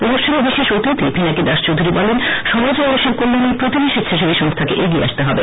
অনুষ্ঠানে বিশেষ অতিথি পিনাকী দাস চৌধুরী বলেন সমাজ ও মানুষের কল্যানে প্রতিটি স্বেচ্ছাসেবী সংস্থাকে এগিয়ে আসতে হবে